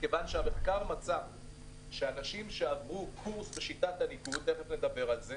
מכיוון שהמחקר מצא שאנשים שעברו קורס בשיטת הניקוד תיכף נדבר על זה